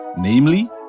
namely